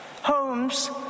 homes